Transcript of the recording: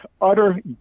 utter